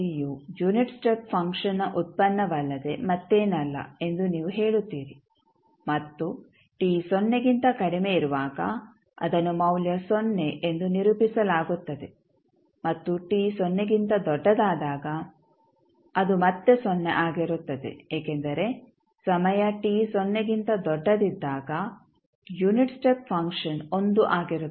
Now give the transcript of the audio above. you unit step ಫಂಕ್ಷನ್ನ ಉತ್ಪನ್ನವಲ್ಲದೆ ಮತ್ತೇನಲ್ಲ ಎಂದು ನೀವು ಹೇಳುತ್ತೀರಿ ಮತ್ತು t ಸೊನ್ನೆಗಿಂತ ಕಡಿಮೆ ಇರುವಾಗ ಅದನ್ನು ಮೌಲ್ಯ ಸೊನ್ನೆ ಎಂದು ನಿರೂಪಿಸಲಾಗುತ್ತದೆ ಮತ್ತು t ಸೊನ್ನೆಗಿಂತ ದೊಡ್ಡದಾದಾಗ ಅದು ಮತ್ತೆ ಸೊನ್ನೆ ಆಗಿರುತ್ತದೆ ಏಕೆಂದರೆ ಸಮಯ t ಸೊನ್ನೆಗಿಂತ ದೊಡ್ಡದಿದ್ದಾಗ ಯುನಿಟ್ ಸ್ಟೆಪ್ ಫಂಕ್ಷನ್ ಒಂದು ಆಗಿರುತ್ತದೆ